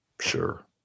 Sure